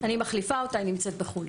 אני מחליפה איתי, היא נמצאת בחו"ל.